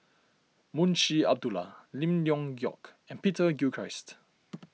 Munshi Abdullah Lim Leong Geok and Peter Gilchrist